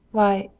why,